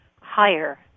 Higher